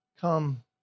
come